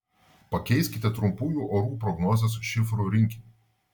pakeiskite trumpųjų orų prognozės šifrų rinkinį